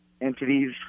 entities